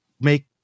make